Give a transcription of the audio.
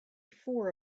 four